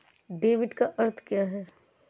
Debit का अर्थ क्या है?